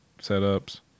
setups